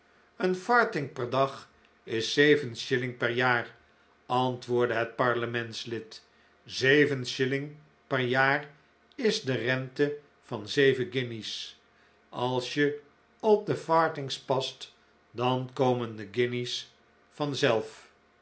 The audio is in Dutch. een farthing per dag is zeven shilling per jaar antwoordde het parlementslid zeven shilling per jaar is de rente van zeven guinjes als je op de farthings past dan komen de guinjes